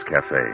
Cafe